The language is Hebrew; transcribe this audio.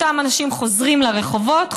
אותם אנשים חוזרים לרחובות,